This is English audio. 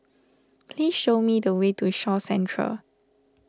please show me the way to Shaw Centre